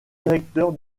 directeur